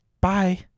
Bye